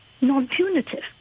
non-punitive